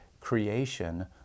creation